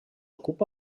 ocupa